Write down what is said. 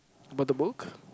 about the book